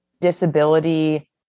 disability